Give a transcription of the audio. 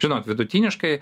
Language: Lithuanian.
žinot vidutiniškai